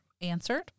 answered